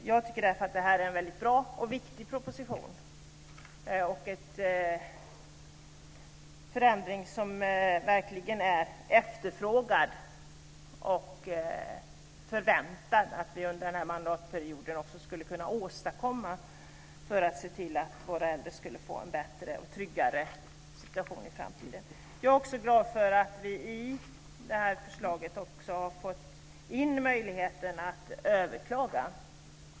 Jag tycker därför att propositionen är väldigt bra och viktig - en förändring som verkligen är efterfrågad och som det förväntats att vi ska kunna åstadkomma under den här mandatperioden, just för att se till att våra äldre får en bättre och tryggare situation i framtiden. Jag är också glad över att vi i det här förslaget har fått in möjligheten att överklaga.